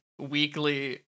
weekly